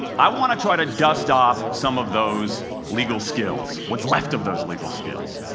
i want to try to dust off some of those legal skills what's left of those legal skills.